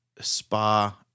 spa